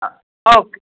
okay